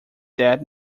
dead